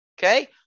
okay